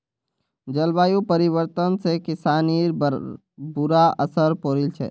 जलवायु परिवर्तन से किसानिर पर बुरा असर पौड़ील छे